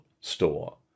store